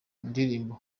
ndirimbo